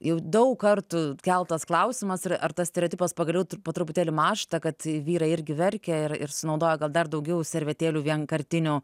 jau daug kartų keltas klausimas ar tas stereotipas pagaliau po truputėlį mąžta kad vyrai irgi verkia ir ir sunaudoja gal dar daugiau servetėlių vienkartinių